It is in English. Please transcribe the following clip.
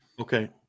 Okay